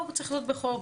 לא צריך לעשות בחוק.